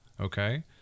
okay